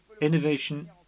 Innovation